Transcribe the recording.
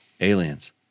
aliens